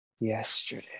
Yesterday